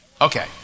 Okay